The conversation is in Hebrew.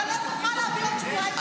לא תוכל להביא את זה בעוד שבועיים.